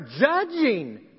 judging